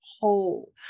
whole